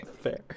Fair